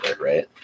right